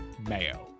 Mayo